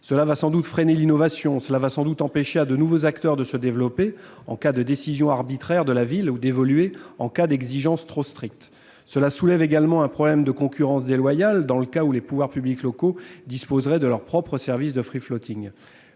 Cela va sans doute freiner l'innovation et empêcher de nouveaux acteurs de se développer, en cas de décision arbitraire de la ville, ou d'évoluer, en cas d'exigences trop strictes. Cela soulève également un problème de concurrence déloyale, dans le cas où les pouvoirs publics locaux offriraient leurs propres services de.